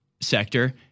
sector